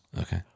Okay